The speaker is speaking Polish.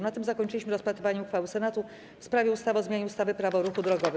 Na tym zakończyliśmy rozpatrywanie uchwały Senatu w sprawie ustawy o zmianie ustawy - Prawo w ruchu drogowym.